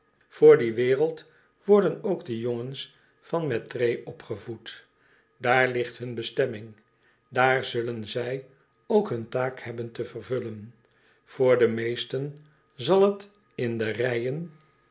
voor die wereld worden ook de jongens van mettray opgevoed daar ligt hun bestemming daar zullen zij ook hun taak hebben te vervullen voor de meesten zal t in de rijen